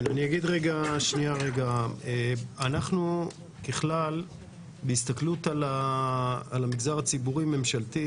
אנחנו ככלל בהסתכלות על המגזר הציבורי הממשלתי,